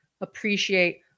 appreciate